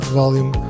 volume